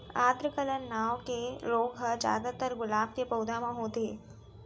आद्र गलन नांव के रोग ह जादातर गुलाब के पउधा म होथे